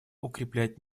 укреплять